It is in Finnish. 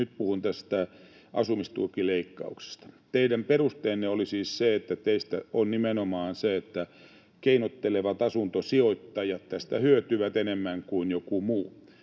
Nyt puhun tästä asumistukileikkauksesta. Teidän perusteenne oli siis se, että teistä nimenomaan keinottelevat asuntosijoittajat hyötyvät tästä enemmän kuin joku muu.